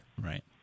Right